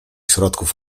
środków